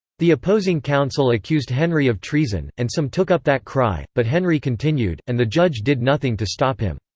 the opposing counsel accused henry of treason, and some took up that cry, but henry continued, and the judge did nothing to stop him.